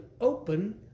open